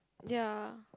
ya